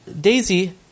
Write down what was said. Daisy